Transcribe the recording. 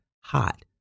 hot